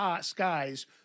skies